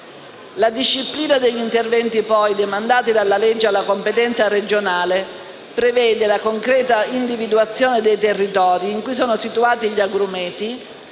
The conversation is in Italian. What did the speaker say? La disciplina degli interventi, demandati dal provvedimento alla competenza regionale, prevede la concreta individuazione dei territori in cui sono situati gli agrumeti